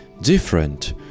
different